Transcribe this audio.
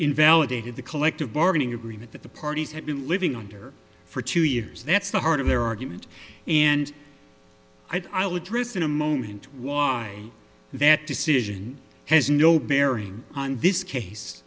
invalidated the collective bargaining agreement that the parties had been living under for two years that's the heart of their argument and i'll address in a moment why that decision has no bearing on this case